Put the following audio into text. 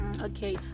Okay